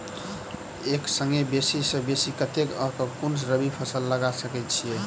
एक संगे बेसी सऽ बेसी कतेक आ केँ कुन रबी फसल लगा सकै छियैक?